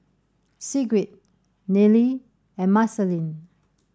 Sigrid Nealy and Marceline